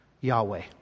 Yahweh